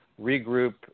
regroup